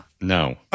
no